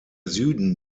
süden